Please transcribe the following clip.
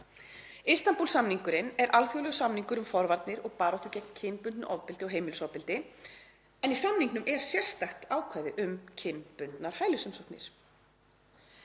Istanbúl-samningurinn er alþjóðlegur samningur um forvarnir og baráttu gegn kynbundnu ofbeldi og heimilisofbeldi en í honum er sérstakt ákvæði um kynbundnar hælisumsóknir.